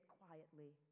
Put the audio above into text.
quietly